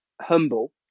Humble